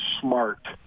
smart